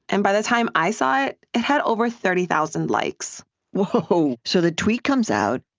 and by the time i saw it, it had over thirty thousand likes whoa. so the tweet comes out,